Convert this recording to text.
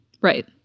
Right